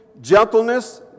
gentleness